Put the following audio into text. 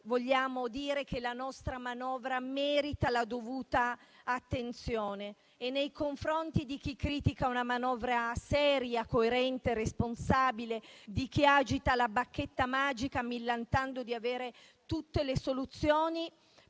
vogliamo dire che la nostra manovra merita la dovuta attenzione e nei confronti di chi critica una manovra seria, coerente e responsabile, di chi agita la bacchetta magica millantando di avere tutte le soluzioni